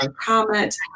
comment